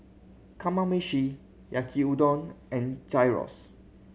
Kamameshi Yaki Udon and Gyros